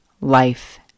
life